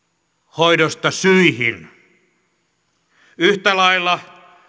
hoidosta syihin yhtä lailla